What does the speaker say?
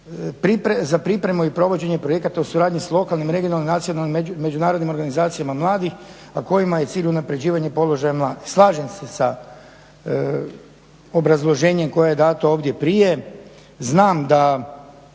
za pripremu i provođenje projekata u suradnji s lokalnim, regionalnim i nacionalnim međunarodnim organizacijama mladih kojima je cilj unapređivanje položaja mladih. Slažem se sa obrazloženjem koje je dato ovdje prije, znam da